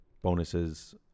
bonuses